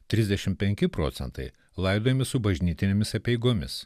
trisdešim penki procentai laidojami su bažnytinėmis apeigomis